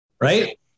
right